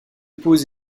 pose